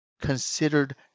considered